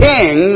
King